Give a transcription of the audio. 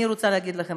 אני רוצה להגיד לכם,